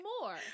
more